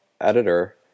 editor